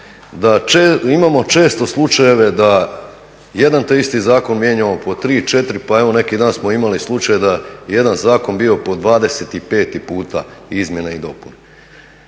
da imamo često slučajeve da jedan te isti zakon mijenjamo po tri, četiri pa evo neki dan smo imali slučaj da je jedan zakon bio po 25. puta izmjene i dopune.